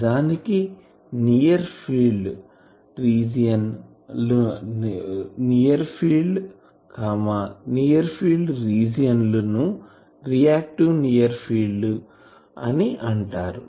నిజానికి near field near field region లుని reactive near field అని అంటారు